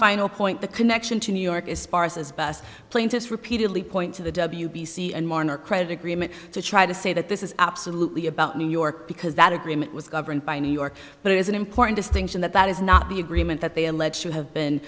final point the connection to new york is sparse as best plaintiffs repeatedly point to the w b c and more in our credit agreement to try to say that this is absolutely about new york because that agreement was governed by new york but it is an important distinction that that is not the agreement that they allege to have been